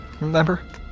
remember